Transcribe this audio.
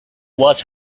was